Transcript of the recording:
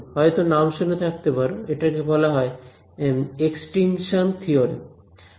হয়তো নাম শুনে থাকতে পারো এটাকে বলা হয় এক্সটিংশন থিওরেম